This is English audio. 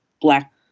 black